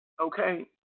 Okay